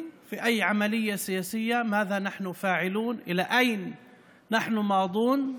הרבה אנשים שאלו ושואלים, חלקם מכוונה טובה,